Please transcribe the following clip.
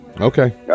Okay